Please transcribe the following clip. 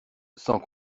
sans